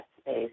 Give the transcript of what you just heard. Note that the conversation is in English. space